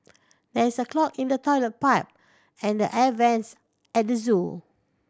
there is a clog in the toilet pipe and the air vents at the zoo